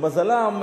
למזלם,